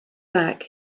back